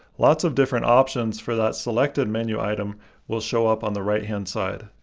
lots of different options for that selected menu item will show up on the right-hand side.